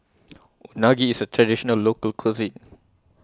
Unagi IS A Traditional Local Cuisine